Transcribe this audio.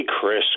Chris